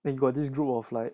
then got this group of like